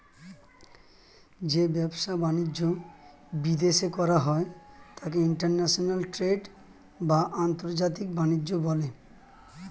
যে ব্যবসা বাণিজ্য বিদেশে করা হয় তাকে ইন্টারন্যাশনাল ট্রেড বা আন্তর্জাতিক বাণিজ্য বলে